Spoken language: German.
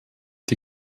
die